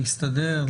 להסתדר,